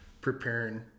preparing